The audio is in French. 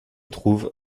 trouve